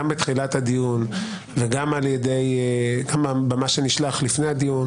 גם בתחילת הדיון וגם במה שנשלח לפני הדיון,